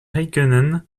räikkönen